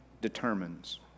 determines